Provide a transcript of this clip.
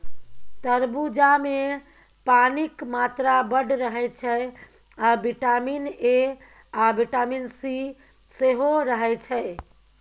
तरबुजामे पानिक मात्रा बड़ रहय छै आ बिटामिन ए आ बिटामिन सी सेहो रहय छै